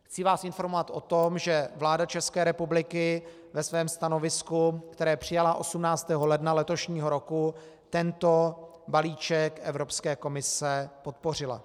Chci vás informovat o tom, že vláda České republiky ve svém stanovisku, které přijala 18. ledna letošního roku, tento balíček Evropské komise podpořila.